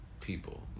people